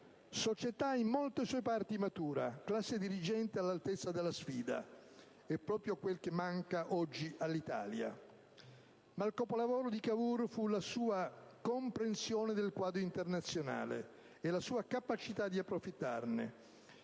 società in molte sue parti matura, classe dirigente all'altezza della sfida: proprio quel che oggi manca all'Italia! Ma il capolavoro di Cavour fu la sua comprensione del quadro internazionale e la sua capacità di approfittarne.